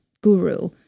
guru